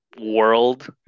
world